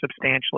substantially